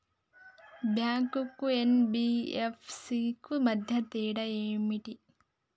Bank కు NBFC కు మధ్య తేడా ఏమిటి?